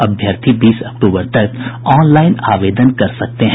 अभ्यर्थी बीस अक्टूबर तक ऑनलाईन आवेदन कर सकते हैं